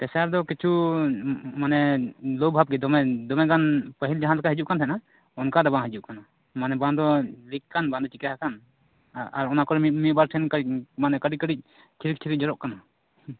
ᱯᱮᱥᱟᱨ ᱫᱚ ᱠᱤᱪᱷᱩ ᱢᱟᱱᱮ ᱞᱳ ᱵᱷᱟᱵ ᱜᱮ ᱫᱚᱢᱮ ᱫᱚᱢᱮ ᱜᱟᱱ ᱯᱟᱹᱦᱤᱞ ᱡᱟᱦᱟᱸ ᱞᱮᱠᱟ ᱦᱤᱡᱩᱜ ᱠᱟᱱ ᱛᱟᱦᱮᱱᱟ ᱚᱱᱠᱟ ᱫᱚ ᱵᱟᱝ ᱦᱤᱡᱩᱜ ᱠᱟᱱᱟ ᱢᱟᱱᱮ ᱵᱟᱝ ᱫᱚ ᱞᱤᱠ ᱟᱠᱟᱱ ᱵᱟᱝ ᱫᱚ ᱪᱤᱠᱟᱹ ᱟᱠᱟᱱ ᱟᱨ ᱚᱱᱟ ᱠᱚᱨᱮ ᱢᱤᱫ ᱢᱤᱫᱵᱟᱨ ᱴᱷᱮᱱ ᱠᱟᱹᱡ ᱢᱟᱱᱮ ᱠᱟᱹᱴᱤᱡ ᱠᱟᱹᱴᱤᱡ ᱪᱷᱤᱨᱤ ᱪᱷᱤᱨᱤ ᱡᱚᱨᱚᱜ ᱠᱟᱱᱟ